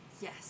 Yes